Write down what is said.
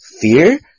fear